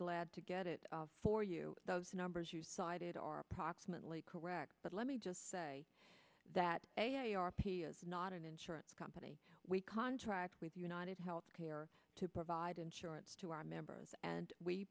glad to get it for you those numbers you cited are approximately correct but let me just say that a a r p is not an insurance company we contract with united health care to provide insurance to our members and we